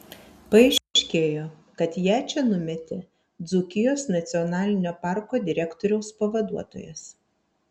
paaiškėjo kad ją čia numetė dzūkijos nacionalinio parko direktoriaus pavaduotojas